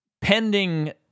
Pending